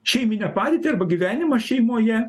šeiminę padėtį arba gyvenimą šeimoje